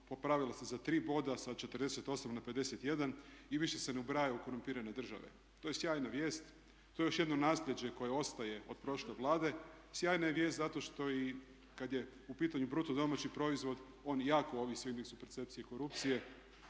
popravila se za 3 boda sa 48 na 51 i više se ne ubraja u korumpirane države. To je sjajna vijest. To je još jedno naslijeđe koje ostaje od prošle Vlade. Sjajna je vijest zato što i kad je u pitanju bruto domaći proizvod on jako ovisi o indeksu percepcije korupcije